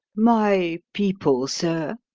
my people, sir,